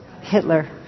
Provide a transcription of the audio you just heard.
Hitler